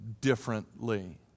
differently